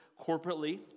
corporately